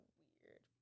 weird